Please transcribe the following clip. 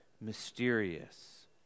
mysterious